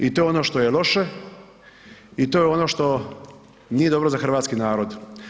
I to je ono što je loše i to je ono što nije dobro za hrvatski narod.